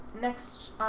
next